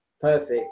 perfect